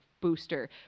booster